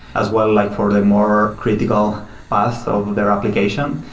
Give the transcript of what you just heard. as well like for the more critical path of their application.